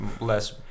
less